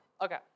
Okay